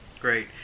Great